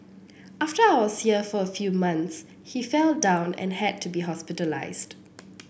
after I was here for a few months he fell down and had to be hospitalised